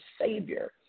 Savior